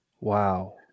Wow